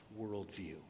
worldview